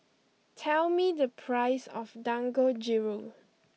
tell me the price of Dangojiru